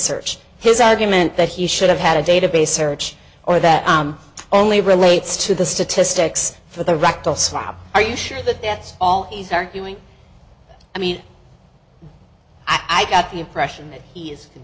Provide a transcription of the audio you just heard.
search his argument that he should have had a database search or that only relates to the statistics for the rectal slob are you sure that that's all he's arguing i mean i got the impression that he is an